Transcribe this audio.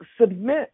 submit